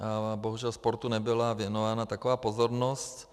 A bohužel sportu nebyla věnována taková pozornost.